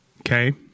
Okay